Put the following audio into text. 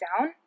down